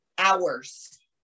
hours